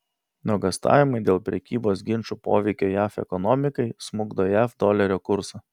nuogąstavimai dėl prekybos ginčų poveikio jav ekonomikai smukdo jav dolerio kursą